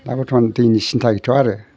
दा बर्थमान दैनि सिनथा गैथ'आ आरो